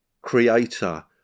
creator